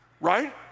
right